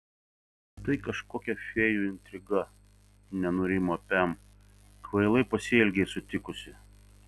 tai kažkokia fėjų intriga nenurimo pem kvailai pasielgei sutikusi